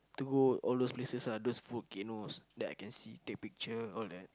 to go all those places ah those volcanoes that I can see take picture all that